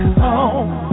home